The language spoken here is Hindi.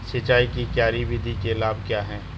सिंचाई की क्यारी विधि के लाभ क्या हैं?